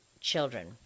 children